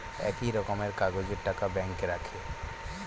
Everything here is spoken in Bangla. একই রকমের কাগজের টাকা ব্যাঙ্কে রাখে